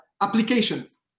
applications